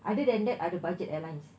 other than that ada budget airlines